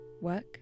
work